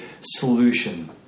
solution